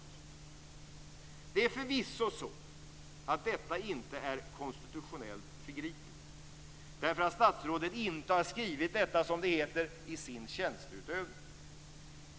Detta är förvisso inte konstitutionellt förgripligt, eftersom statsrådet inte har skrivit detta, som det heter, i sin tjänsteutövning.